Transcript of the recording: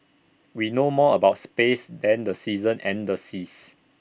we know more about space than the seasons and the seas